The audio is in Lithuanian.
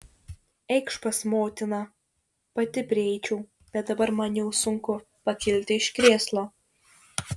eikš pas motiną pati prieičiau bet dabar man jau sunku pakilti iš krėslo